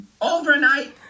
Overnight